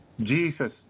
Jesus